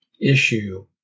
issue